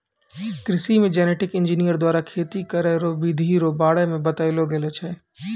कृषि मे genetic engineer द्वारा खेती करै रो बिधि रो बारे मे बतैलो गेलो छै